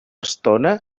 estona